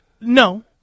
No